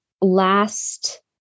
last